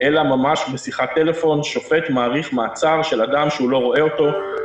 אלא ממש בשיחת טלפון שופט מאריך מעצר של אדם שהוא לא רואה אותו,